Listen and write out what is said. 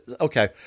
Okay